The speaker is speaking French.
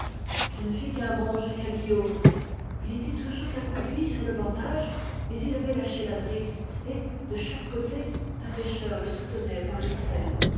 je ne fis qu'un bond jusqu'à guillaume il était toujours accroupi sur le bordage mais il avait lâché la drisse et de chaque côté un pêcheur le soutenait par